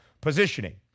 positioning